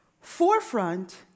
Forefront